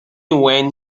when